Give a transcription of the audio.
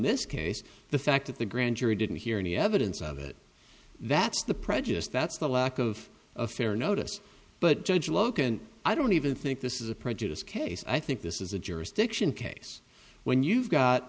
this case the fact that the grand jury didn't hear any evidence of it that's the prejudice that's the lack of a fair notice but judge loken i don't even think this is a prejudiced case i think this is a jurisdiction case when you've got